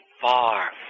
far